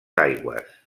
aigües